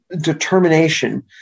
determination